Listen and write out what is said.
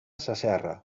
sasserra